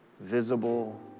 visible